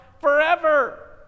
forever